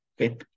Okay